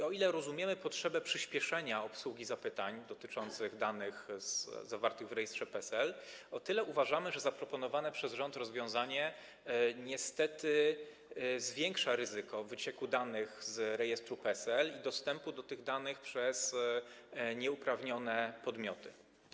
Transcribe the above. O ile rozumiemy potrzebę przyspieszenia obsługi zapytań dotyczących danych zawartych w rejestrze PESEL, o tyle uważamy, że zaproponowane przez rząd rozwiązanie niestety zwiększa ryzyko wycieku danych z rejestru PESEL i dostępu do tych danych przez nieuprawnione podmioty.